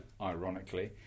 ironically